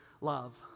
love